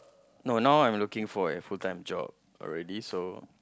no now I'm looking for a full time job already so